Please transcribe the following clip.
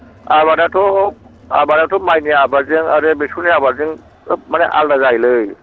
आबादाथ' आबादाथ' मायनि आबादजों आरो बेसरनि आबादजों खोब मानि आलदा जायोलै